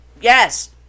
Yes